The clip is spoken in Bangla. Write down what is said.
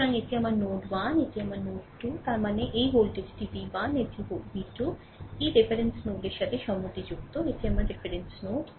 সুতরাং এটি আমার নোড 1 এটি আমার নোড 2 তার মানে আমার এই ভোল্টেজটি v 1 এই ভোল্টেজ v 2 এই রেফারেন্স নোডের সাথে সম্মতিযুক্ত এটি আমার রেফারেন্স নোড